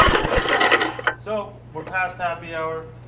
yeah so we're past happy hour.